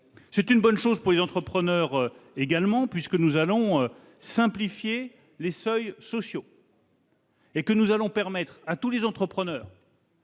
C'est une bonne chose pour les entrepreneurs également, puisque nous allons simplifier les seuils sociaux, en permettant à tous les entrepreneurs